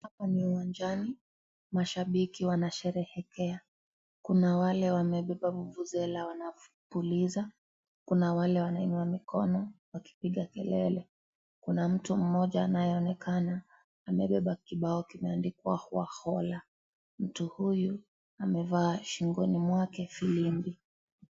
Hapa ni uwanjani, mashabiki wanasherehekea, kuna wale wamebeba vuvuzela wanapuliza, kuna wale wanainua mikono wakipiga kelele, kuna mtu mmoja anayeonekana akibeba kibao kimeandikwa khwakola. Mtu huyu amevaa shingoni mwake firimbi.